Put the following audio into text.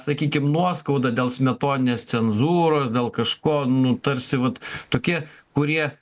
sakykim nuoskaudą dėl smetoninės cenzūros dėl kažko nu tarsi vat tokie kurie